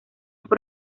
por